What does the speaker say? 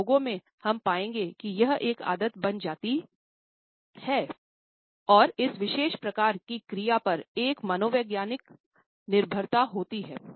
कुछ लोगों में हम पाएंगे कि यह एक आदत बन गई है और इस विशेष प्रकार की क्रिया पर एक मनोवैज्ञानिक निर्भरता होती हैं